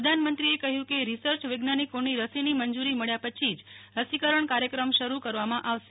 પ્રધાનમંત્રીએ કહ્યું કે રિર્સય વૈજ્ઞાનિકોની રસીની મંજૂરી બ્યા પછી જ રસીકરણ કાર્યક્રમ શરૂ કરવામાં આવશે